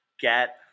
Get